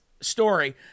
story